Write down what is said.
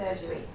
surgery